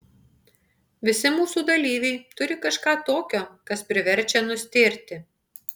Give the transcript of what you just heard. visi mūsų dalyviai turi kažką tokio kas priverčia nustėrti